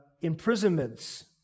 imprisonments